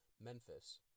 Memphis